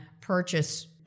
purchase